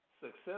Success